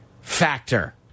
factor